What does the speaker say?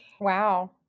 Wow